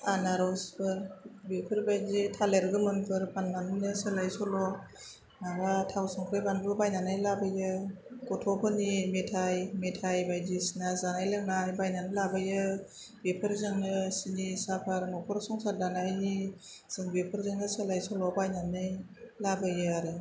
आनारसफोर बेफोरबायदि थालिर गोमोनफोर फाननानैनो सोलाय सोल' माबा थाव संख्रि बानलु बायनानै लाबोयो गथ'फोरनि मेथाइ मेथाइ बायदिसिना जानाय लोंनाय बायनानै लाबोयो बेफोरजोंनो सिनि साहा फात नखर संसार दानायनि जों बेफोरजोंनो सोलोय सोल' बायनानै लाबोयो आरो